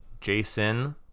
Jason